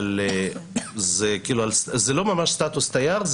זה לא ממש סטטוס תייר.